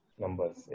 numbers